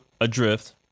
Adrift